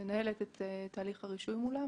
את תהליך הרישוי מולם.